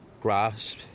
grass